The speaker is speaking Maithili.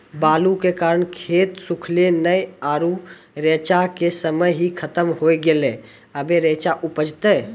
बालू के कारण खेत सुखले नेय आरु रेचा के समय ही खत्म होय गेलै, अबे रेचा उपजते?